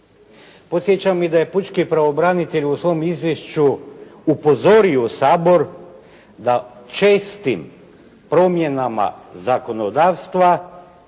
Podsjećam i da je pučki pravobranitelj u svom izvješću upozorio Sabor da čestim promjenama zakonodavstva